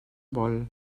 vol